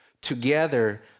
together